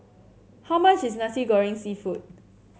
how much is Nasi Goreng seafood